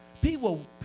People